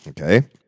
okay